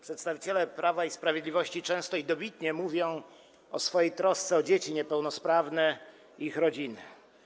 Przedstawiciele Prawa i Sprawiedliwości często i dobitnie mówią o swojej trosce o dzieci niepełnosprawne i ich rodziny.